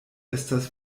estas